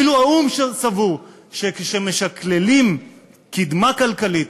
אפילו האו"ם סבור שכאשר משקללים קדמה כלכלית,